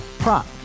Prop